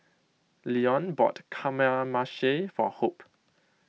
Leone bought Kamameshi for Hope